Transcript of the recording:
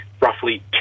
roughly